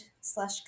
slash